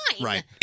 right